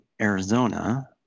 Arizona